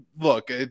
look